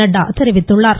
நட்டா தெரிவித்துள்ளார்